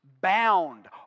bound